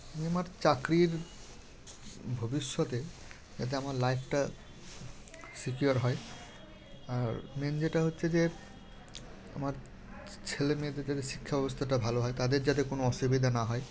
আমি আমার চাকরির ভবিষ্যতে যাতে আমার লাইফটা সেফার হয় আর মেন যেটা হচ্ছে যে আমার ছেলে মেয়েদের যাতে শিক্ষা ব্যবস্থাটা ভালো হয় তাদের যাতে কোনো অসুবিধা না হয়